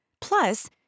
Plus